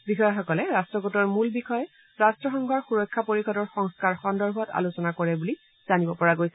বিষয়াসকলে ৰাট্টগোটৰ মূল বিষয় ৰট্টসংঘৰ সূৰক্ষা পৰিযদৰ সংস্কাৰ সন্দৰ্ভত আলোচনা কৰে বুলি জানিব পৰা গৈছে